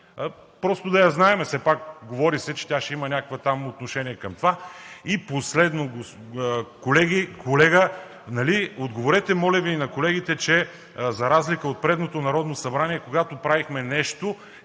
Просто да я знаем, говори се, че тя ще има някакво отношение към това. Последно, колеги, колега, отговорете моля Ви на колегите, че за разлика от предното Народно събрание, когато правихме нещо,